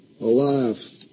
alive